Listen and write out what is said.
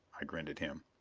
i grinned at him.